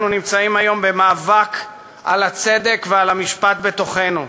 אנו נמצאים היום במאבק על הצדק ועל המשפט בתוכנו.